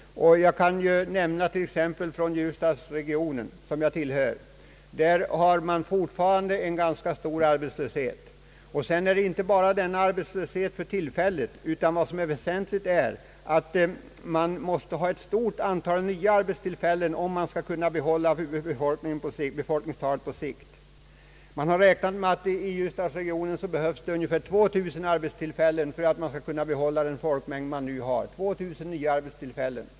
Jag kan t.ex. nämna Ljusdalsregionen, där jag själv är bosatt. Där är arbetslösheten fortfarande ganska stor. Dessutom behövs det ett stort antal nya arbetstillfällen för att bygden på sikt skall kunna behålla sitt befolkningstal. Man har räknat med att det i Ljusdalsregionen behövs ungefär 2000 nya arbetstillfällen för att den nuvarande folkmängden skall kunna bibehållas.